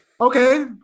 okay